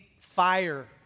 fire